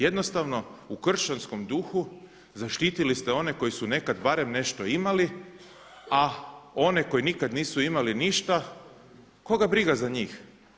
Jednostavno u kršćanskom duhu zaštitili ste oni koji su nekad barem nešto imali, a one koji nikada nisu imali ništa, koga briga za njih.